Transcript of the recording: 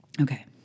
Okay